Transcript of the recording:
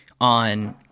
on